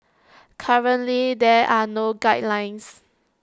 currently there are no guidelines